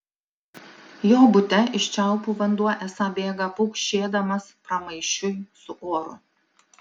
jo bute iš čiaupų vanduo esą bėga pukšėdamas pramaišiui su oru